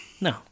No